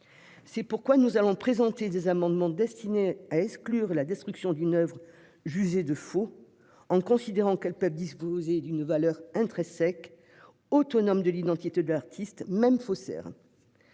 C'est pourquoi nous présenterons des amendements destinés à exclure la destruction des oeuvres jugées comme faux, en considérant que ces dernières peuvent disposer d'une valeur intrinsèque, autonome de l'identité de l'artiste, même faussaire.